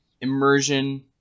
immersion